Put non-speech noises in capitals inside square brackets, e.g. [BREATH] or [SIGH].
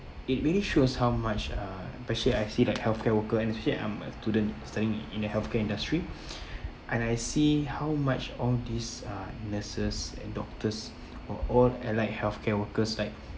it really shows how much uh especially I've seen like healthcare worker and actually I'm a student studying in the healthcare industry [BREATH] and I see how much all these uh nurses and doctors or all alike healthcare workers like